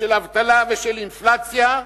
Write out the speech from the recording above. ושל אבטלה ושל אינפלציה,